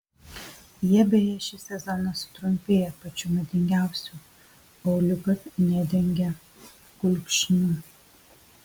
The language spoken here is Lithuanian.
jie beje šį sezoną sutrumpėja pačių madingiausių auliukas nedengia kulkšnių